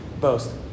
boast